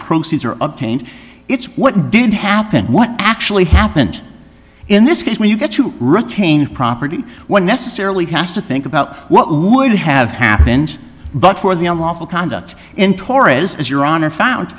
procedure of paint it's what did happen what actually happened in this case when you get to retain property one necessarily has to think about what would have happened but for the unlawful conduct in torres as your honor found